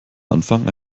anfang